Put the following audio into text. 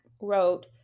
wrote